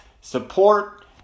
support